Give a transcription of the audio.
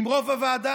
עם רוב בוועדה.